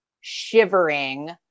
shivering